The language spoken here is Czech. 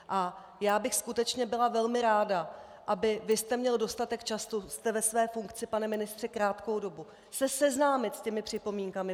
A já bych skutečně byla velmi ráda, abyste vy měl dostatek času jste ve své funkci, pane ministře, krátkou dobu se seznámit s těmi připomínkami.